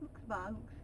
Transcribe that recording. looks bah looks